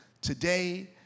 today